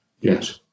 Yes